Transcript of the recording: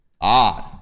Odd